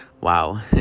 Wow